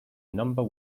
number